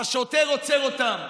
השוטר עוצר אותן,